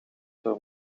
voor